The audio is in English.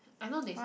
I know they say